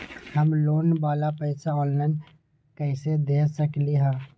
हम लोन वाला पैसा ऑनलाइन कईसे दे सकेलि ह?